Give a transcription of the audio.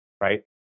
right